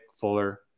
Fuller